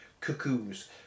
Cuckoos